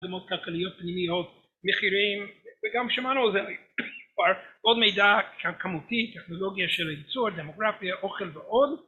דמות כלכליות פנימיות, מחירים וגם שמענו עוד מידע כמותי, טכנולוגיה של הייצור, דמוגרפיה, אוכל ועוד